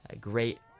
great